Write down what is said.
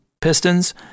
pistons